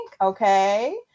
Okay